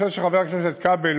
חבר הכנסת כבל,